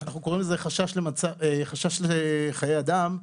אנחנו קוראים לזה חשש לחיי אדם,